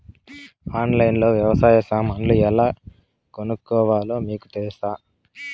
ఆన్లైన్లో లో వ్యవసాయ సామాన్లు ఎలా కొనుక్కోవాలో మీకు తెలుసా?